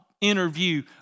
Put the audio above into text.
interview